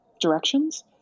directions